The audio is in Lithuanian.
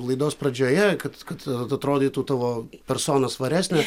laidos pradžioje kad kad atrodytų tavo persona svaresnė